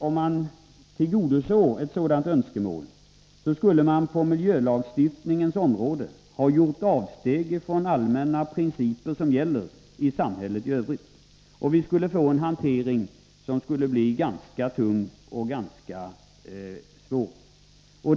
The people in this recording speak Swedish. Om man tillgodosåg ett sådant önskemål skulle man nämligen på miljölagstiftningens område göra avsteg från allmänna principer som gäller i samhället i övrigt. Vi skulle dessutom få en ganska tung hantering.